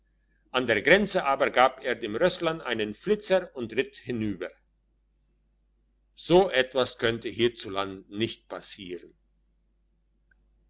an der grenze aber gab er dem rösslein einen fitzer und ritt hinüber so etwas könnte hierzuland nicht passieren